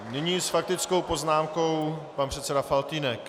Nyní s faktickou poznámkou pan předseda Faltýnek.